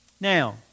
Now